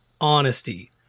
honesty